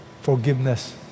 forgiveness